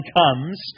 comes